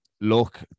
Look